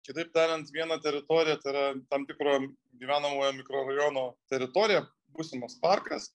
kitaip tariant vieną teritoriją tai yra tam tikrą gyvenamojo mikrorajono teritoriją būsimas parkas